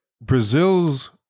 Brazil's